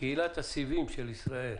קהילת הסיבים של ישראל.